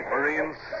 Marines